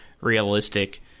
realistic